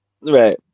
Right